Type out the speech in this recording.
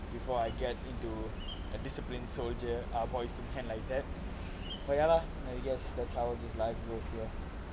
before I get into a disciplined soldier ah boys to men like that but ya lah I guess that's how this life goes ya